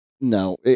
No